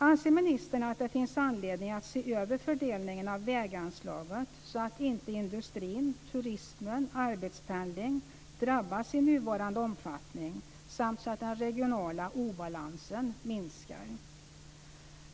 Anser ministern att det finns anledning att se över fördelningen av väganslaget så att inte industrin, turismen och arbetspendling drabbas i nuvarande omfattning samt så att den regionala obalansen minskar?